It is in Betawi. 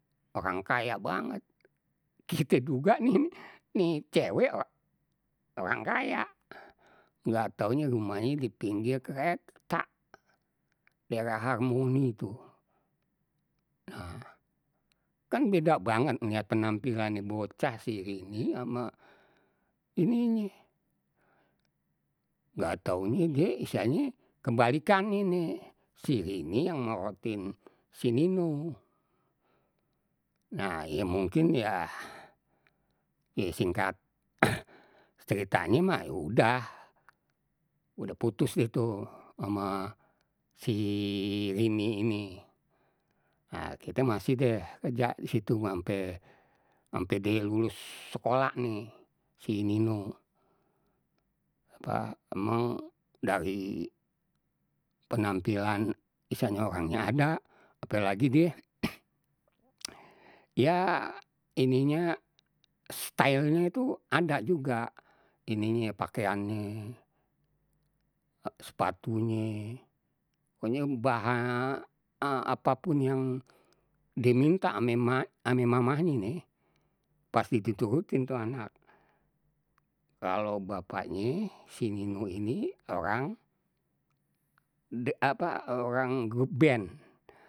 Orang kaya banget, kite juga nih ni cewek orang kaya, nggak taunye rumahnye dipinggir kereta daerah harmoni tu. Nah beda banget ngeliat penampilannye bocah si rini ama ini nih, nggak taunye die istilahnye kebalikannye nih si rini yang morotin si ninu. Na ya mungkin yah singkat ceritanye mah udah, udah putus deh tu ama si rini ini. Na kite masih deh kerja disitu ampe ampe die lulus sekolah ni si ninu, pa emang dari penampilan istilahnya orangnya ada ape lagi die ya ininya stylenya tu ada juga, ininye pakaiannye, sepatunye, pokoknye apapun yang die minta ame mak ame mamahnye nih pasti diturutin tu anak, kalau bapaknye si ninu ini orang de apa orang grup band.